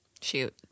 Shoot